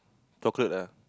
chocolate ah